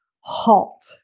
halt